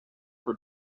for